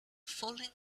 falling